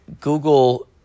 Google